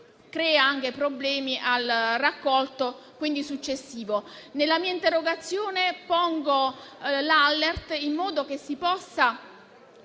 Nella mia interrogazione pongo l'*alert* in modo che si possa